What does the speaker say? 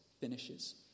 finishes